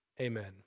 Amen